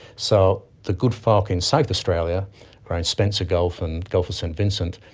so the good folk in south australia around spencer gulf and gulf of st vincent,